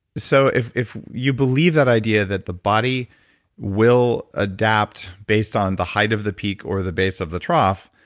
so if if you believe that idea that the body will adapt based on the height of the peak or the base of the trough,